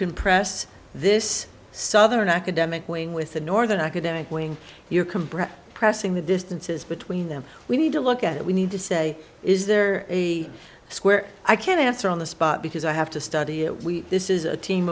can press this southern academic wing with the northern academic wing your combat pressing the distances between them we need to look at we need to say is there a square i can answer on the spot because i have to study it we this is a team